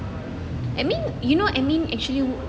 admin you know admin actually